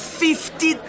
fifty